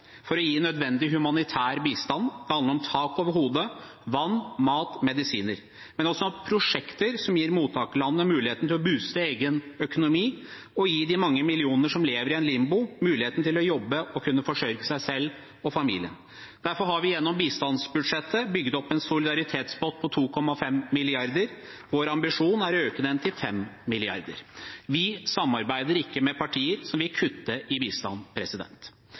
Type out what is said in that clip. for å gi nødvendig humanitær bistand. Det handler om tak over hodet, vann, mat og medisiner, men også om prosjekter som gir mottakerlandene muligheten til å «booste» egen økonomi, og som gir de mange millioner som lever i et limbo, muligheten til å jobbe og kunne forsørge seg selv og familien. Derfor har vi gjennom bistandsbudsjettet bygget opp en solidaritetspott på 2,5 mrd. kr. Vår ambisjon er å øke den til 5 mrd. kr. Vi samarbeider ikke med partier som vil kutte i bistand.